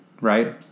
right